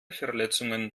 verletzungen